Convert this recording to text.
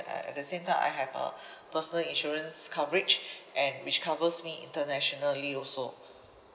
at the same time I have a personal insurance coverage and which covers me internationally also